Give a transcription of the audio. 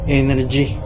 energy